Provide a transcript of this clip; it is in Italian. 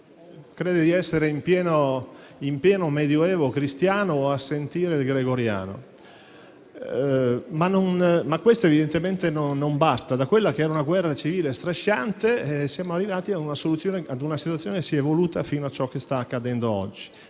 pensa di essere in pieno Medioevo cristiano o di ascoltare il gregoriano, ma questo evidentemente non basta. Da quella che era una guerra civile strisciante siamo arrivati a una situazione che si è evoluta fino a ciò che sta accadendo oggi.